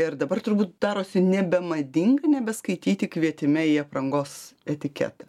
ir dabar turbūt darosi nebemadinga nebeskaityti kvietime į aprangos etiketą